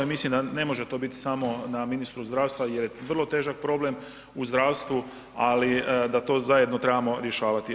I mislim da ne može to biti samo na ministru zdravstva jer je vrlo težak problem u zdravstvu ali da to zajedno trebamo rješavati.